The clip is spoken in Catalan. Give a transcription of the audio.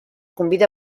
convida